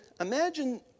imagine